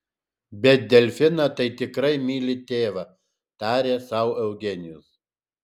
bet delfiną tai tikrai myli tėvą tarė sau eugenijus